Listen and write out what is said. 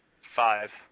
Five